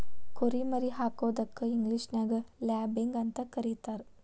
ಕುರಿ ಮರಿ ಹಾಕೋದಕ್ಕ ಇಂಗ್ಲೇಷನ್ಯಾಗ ಲ್ಯಾಬಿಂಗ್ ಅಂತ ಕರೇತಾರ